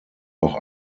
auch